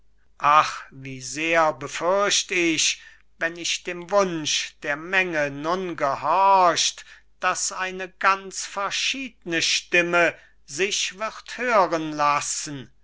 ach wie sehr befürcht ich wenn ich dem wunsch der menge nun gehorcht daß eine ganz verschiedne stimme sich wird hören lassen